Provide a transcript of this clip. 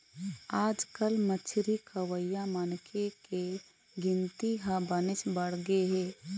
आजकाल मछरी खवइया मनखे के गिनती ह बनेच बाढ़गे हे